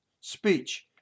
speech